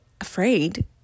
afraid